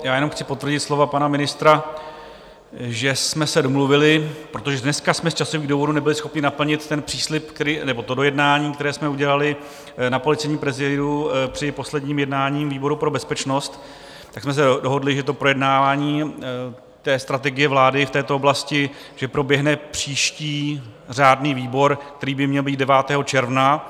Jenom chci potvrdit slova pana ministra, že jsme se domluvili, protože dneska jsme z časových důvodů nebyli schopni naplnit ten příslib nebo to dojednání, které jsme udělali na policejním prezidiu při posledním jednání výboru pro bezpečnost, tak jsme se dohodli, že projednávání strategie vlády v této oblasti proběhne příští řádný výbor, který by měl být 9. června.